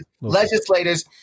legislators